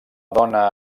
dona